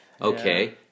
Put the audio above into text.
Okay